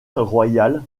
royal